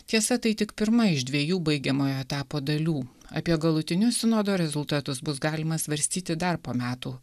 tiesa tai tik pirma iš dviejų baigiamojo etapo dalių apie galutinius sinodo rezultatus bus galima svarstyti dar po metų